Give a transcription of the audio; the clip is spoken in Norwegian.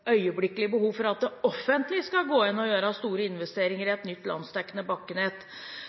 øyeblikkelig behov for at det offentlige skal gå inn og gjøre store investeringer i et nytt landsdekkende bakkenett.